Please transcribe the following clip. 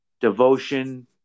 Devotion